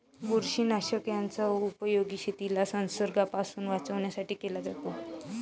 बुरशीनाशक याचा उपयोग शेतीला संसर्गापासून वाचवण्यासाठी केला जातो